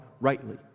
rightly